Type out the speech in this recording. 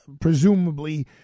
presumably